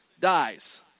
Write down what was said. dies